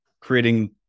creating